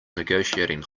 negotiating